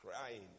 crying